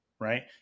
right